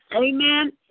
Amen